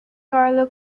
carlo